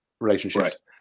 relationships